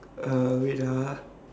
uh wait ah